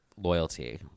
loyalty